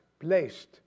placed